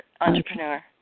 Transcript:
entrepreneur